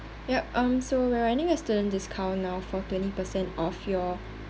yup um so we're running a student discount now for twenty percent off your